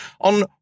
on